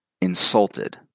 insulted